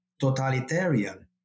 totalitarian